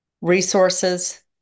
resources